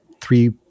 three